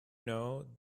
know